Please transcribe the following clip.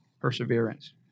Perseverance